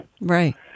Right